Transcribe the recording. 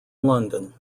london